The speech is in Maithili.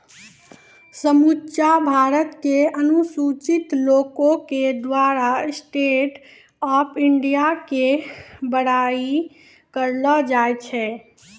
समुच्चा भारत के अनुसूचित लोको के द्वारा स्टैंड अप इंडिया के बड़ाई करलो जाय छै